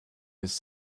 his